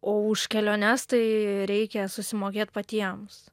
o už keliones tai reikia susimokėt patiems